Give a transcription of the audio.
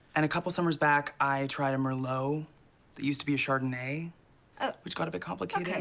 and a couple summers back. i try to marlowe used to be a chardonnay which got a bit complicated.